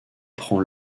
prend